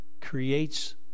creates